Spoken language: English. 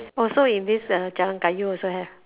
also in this uh jalan-kayu also have